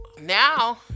now